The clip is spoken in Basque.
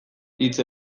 hitz